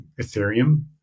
Ethereum